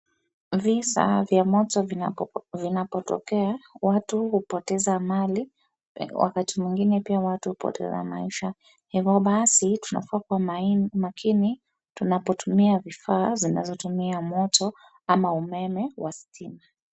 Visa vya moto vinapotokea watu hupoteza mali wakati mwingine pia watu hupoteza maisha. Hivyo basi tunafaa kuwa makini tunapotumia vifaa zinazo tumia moto ama umeme wa stima.